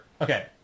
Okay